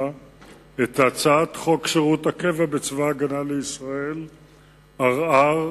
את הצעת חוק שירות הקבע בצבא-הגנה לישראל (ערר,